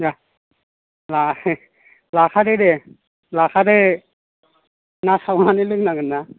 दे लायाखै लाखादो दे लाखादो ना सावनानै लोंनांगोन ना